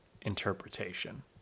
interpretation